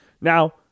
Now